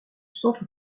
centre